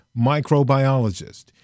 microbiologist